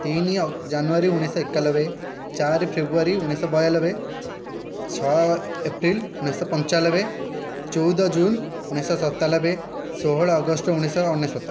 ତିନି ଜାନୁଆରୀ ଉଣେଇଶହ ଏକାନବେ ଚାରି ଫେବ୍ରୁଆରୀ ଉଣେଇଶହ ବୟାନବେ ଛଅ ଏପ୍ରିଲ୍ ଉଣେଇଶହ ପଞ୍ଚାନବେ ଚଉଦ ଜୁନ୍ ଉଣେଇଶହ ସତାନବେ ଷୋହଳ ଅଗଷ୍ଟ ଉଣେଇଶହ ଅନେଶତ